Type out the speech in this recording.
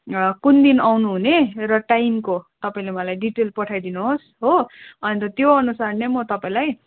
कुन दिन आउनुहुने र टाइमको तपाईँले मलाई डिटेल पठाइदिनु होस् हो अन्त त्यो अनुसार नै म तपाईँलाई